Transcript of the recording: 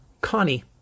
Connie